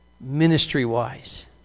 ministry-wise